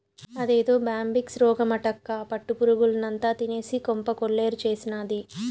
అదేదో బ్యాంబిక్స్ రోగమటక్కా పట్టు పురుగుల్నంతా తినేసి కొంప కొల్లేరు చేసినాది